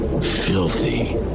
filthy